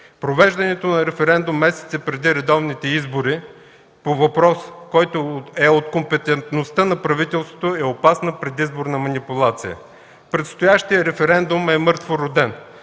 Провеждането на референдум месеци преди редовните избори по въпрос, който е от компетентността на правителството, е опасна предизборна манипулация. Предстоящият референдум е мъртвороден,